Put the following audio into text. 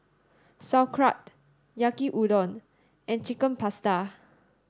Sauerkraut Yaki Udon and Chicken Pasta